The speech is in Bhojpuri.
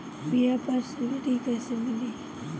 बीया पर सब्सिडी कैसे मिली?